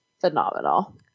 phenomenal